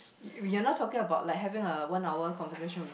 you're not talking about like having a one hour conversation with